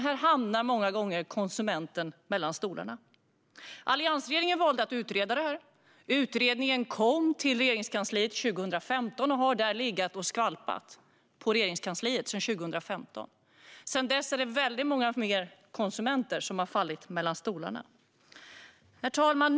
Här hamnar många gånger konsumenten mellan stolarna. Alliansregeringen valde att utreda frågan. Utredningen kom till Regeringskansliet 2015, och där har den legat och skvalpat. Sedan dess har många fler konsumenter fallit mellan stolarna. Herr talman!